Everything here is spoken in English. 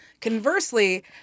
conversely